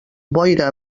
boira